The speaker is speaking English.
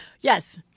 Yes